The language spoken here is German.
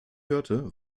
hörte